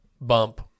bump